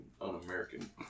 un-American